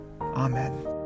Amen